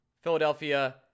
Philadelphia